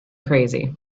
crazy